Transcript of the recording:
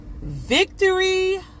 Victory